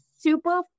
super